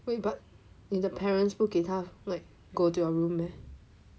wait but your parents 不给他 like go to your room meh